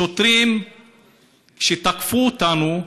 שוטרים תקפו אותנו.